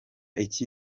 iki